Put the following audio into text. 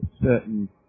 certain